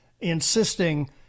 insisting